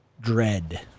dread